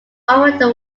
over